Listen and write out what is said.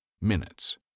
Minutes